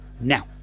now